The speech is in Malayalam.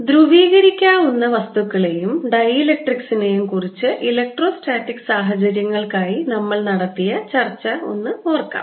ധ്രുവീകരിക്കാവുന്ന വസ്തുക്കളെയും ഡൈലക്ട്രിക്സിനെയും കുറിച്ച് ഇലക്ട്രോസ്റ്റാറ്റിക് സാഹചര്യങ്ങൾക്കായി നമ്മൾ നടത്തിയ ചർച്ച ഒന്ന് ഓർക്കാം